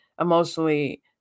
emotionally